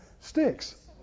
sticks